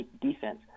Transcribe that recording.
defense